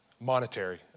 monetary